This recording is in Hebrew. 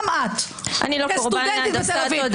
גם את כסטודנטית בתל אביב.